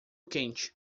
quente